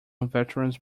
veterans